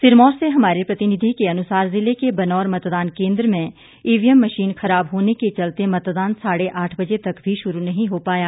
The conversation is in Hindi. सिरमौर से हमारे प्रतिनिधी के अनुसार जिले के बनौर मतदान केंद्र में ईवीएम मशीन खराब होने के चलते मतदान साढ़े आठ बजे तक भी शुरू नहीं हो पाया